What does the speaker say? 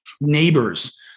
neighbors